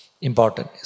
important